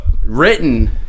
Written